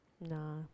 nah